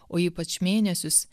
o ypač mėnesius